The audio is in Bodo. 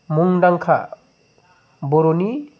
मुंदांखा बर'नि